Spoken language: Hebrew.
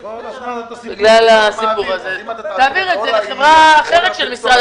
תעביר את זה לחברה אחרת של משרד